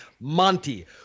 Monty